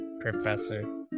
professor